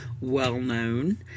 well-known